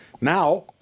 Now